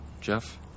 Jeff